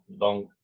long